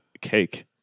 cake